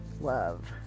love